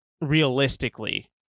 realistically